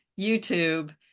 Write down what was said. YouTube